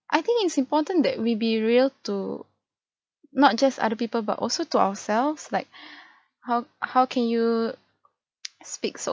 I think it's important that we be real to not just other people but also to ourselves like how how can you speak so